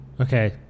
Okay